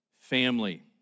family